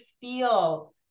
feel